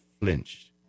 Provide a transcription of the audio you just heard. flinched